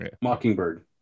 Mockingbird